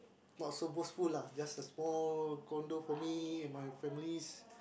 not so boastful lah just a small condo for me and my families